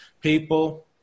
People